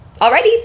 Alrighty